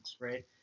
right